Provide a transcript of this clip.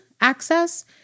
access